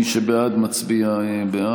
אין הכנסות, איך ישלמו?